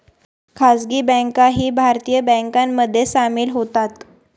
खासगी बँकाही भारतीय बँकांमध्ये सामील होतात